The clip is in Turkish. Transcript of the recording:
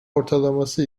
ortalaması